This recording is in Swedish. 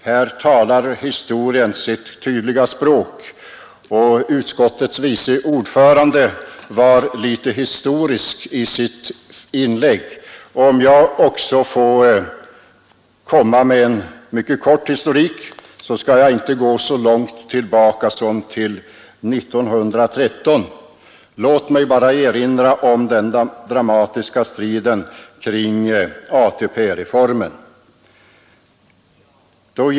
Här talar historien sitt tydliga språk. Utskottets vice ordförande var litet historisk i sitt inlägg. Om jag också får komma med en mycket kort historik, skall jag inte gå så långt tillbaka som till 1913. Låt mig bara erinra om den dramatiska striden kring ATP-reformen.